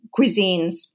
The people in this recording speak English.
cuisines